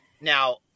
Now